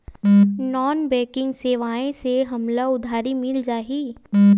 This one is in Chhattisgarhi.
नॉन बैंकिंग सेवाएं से हमला उधारी मिल जाहि?